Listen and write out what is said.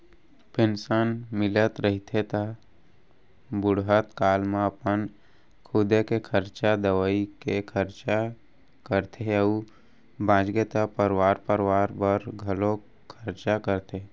pension मिलत रहिथे त बुड़हत काल म अपन खुदे के खरचा, दवई के खरचा करथे अउ बाचगे त परवार परवार बर घलोक खरचा करथे